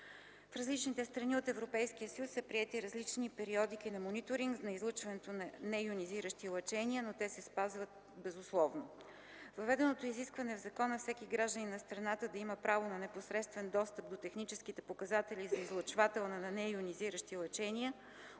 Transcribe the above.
В различните страни от Европейския съюз са приети различни периодики на мониторинг на излъчвателите на нейонизиращи лъчения, но те се спазват безусловно. Въведеното изискване в закона, всеки гражданин на страната да има право на непосредствен достъп до техническите показатели на излъчвател на нейонизиращи лъчения,